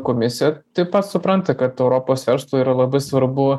komisija taip pat supranta kad europos verslui yra labai svarbu